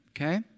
okay